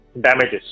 damages